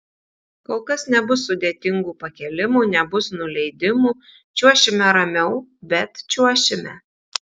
kol kas nebus sudėtingų pakėlimų nebus nuleidimų čiuošime ramiau bet čiuošime